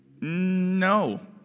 No